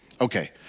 Okay